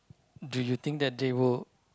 do you think that they will